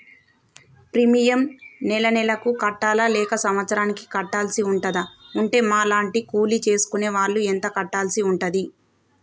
Premium నెల నెలకు కట్టాలా లేక సంవత్సరానికి కట్టాల్సి ఉంటదా? ఉంటే మా లాంటి కూలి చేసుకునే వాళ్లు ఎంత కట్టాల్సి ఉంటది?